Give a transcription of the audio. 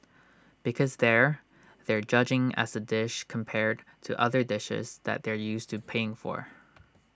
because there they're judging as A dish compared to other dishes that they're used to paying for